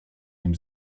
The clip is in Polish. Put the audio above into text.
nim